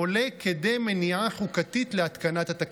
עולה כדי מניעה חוקתית להתקנת התקנות",